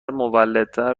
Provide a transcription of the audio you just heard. مولدتر